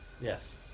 Yes